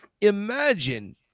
imagine